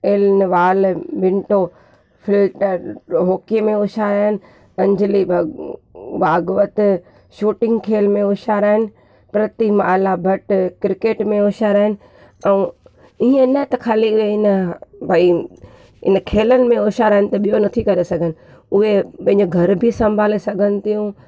L वाल मिंटो फ़िल्टर हॉकीअ में होशियारु आहिनि अंजली भग भागवत शूटिंग खेल में होशियारु आहिनि प्रतिमाला भट्ट क्रिकेट में होशियारु आहिनि ऐं इएं न त खाली न भाई इन खेलनि में होशियारु आहिनि त ॿियो नथी करे सघनि उहे पंहिंजो घर बि संभाले सघनि थियूं